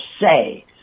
say